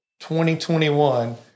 2021